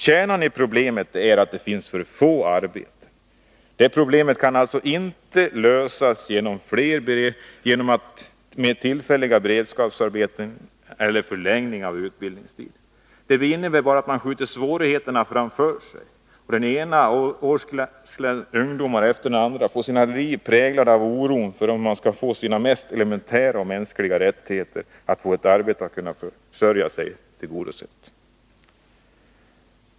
Kärnan i problemet är att det finns för få arbeten. Det problemet kan alltså inte lösas genom flera mer tillfälliga beredskapsarbeten eller genom förlängning av utbildningstiden — detta innebär bara att man skjuter svårigheterna framför sig. Den ena årsklassen ungdomar efter den andra får sina liv präglade av oro för att de mest elementära mänskliga rättigheterna — att få ett arbete och att kunna försörja sig — inte skall bli tillgodosedda.